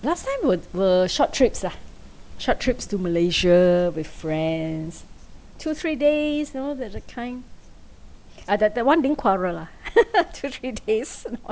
last time were were short trips lah short trips to malaysia with friends two three days you know that the kind ah that that one didn't quarrel lah two three days no